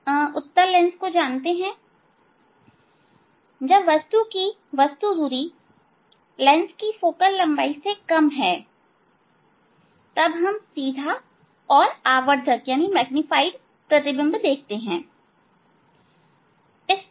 आप इस उत्तल लेंस को जानते हैं जब वस्तु की वस्तु दूरी लेंस की फोकल लंबाई से कम है तब हम सीधा और मैग्नीफाइंग प्रतिबिंब देखते हैं